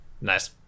Nice